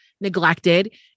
neglected